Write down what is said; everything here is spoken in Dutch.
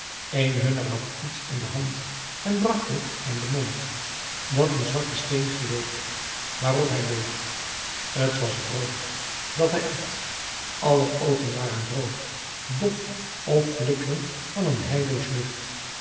een hunner had iets in de hand en bracht het aan den mond dat een zwarte steen geleek waarop hij beet t was brood dat hij at aller oogen waren droog dof of flikkerend van een heilloos licht